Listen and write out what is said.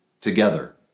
together